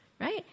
Right